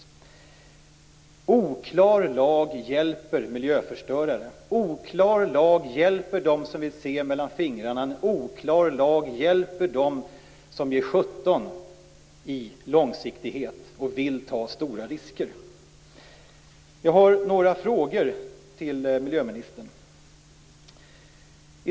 En oklar lag hjälper miljöförstörare. En oklar lag hjälper dem som vill se mellan fingrarna. En oklar lag hjälper dem som ger sjutton i långsiktighet och vill ta stora risker. Jag har några frågor till miljöministern.